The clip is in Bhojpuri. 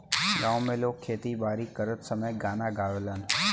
गांव में लोग खेती बारी करत समय गाना गावेलन